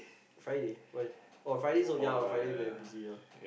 Friday why oh Friday so ya Friday very busy ah